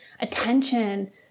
attention